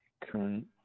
current